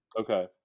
Okay